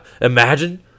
imagine